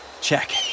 check